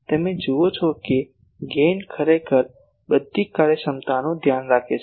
તેથી તમે જુઓ છો કે ગેઇન ખરેખર આ બધી કાર્યક્ષમતાનું ધ્યાન રાખે છે